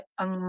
ang